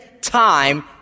time